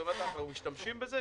אנחנו משתמשים בזה,